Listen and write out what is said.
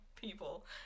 people